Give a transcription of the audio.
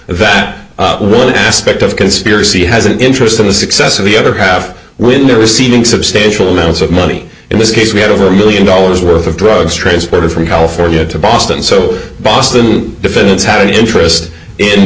that one aspect of conspiracy has an interest in the success of the other half when they're receiving substantial amounts of money in this case we had over a million dollars worth of drugs transported from california to boston so boston defendants had an interest in